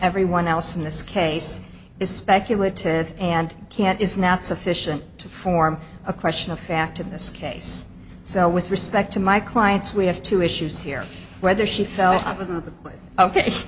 everyone else in this case is speculative and can't is not sufficient to form a question of fact in this case so with respect to my clients we have two issues here whether she fell o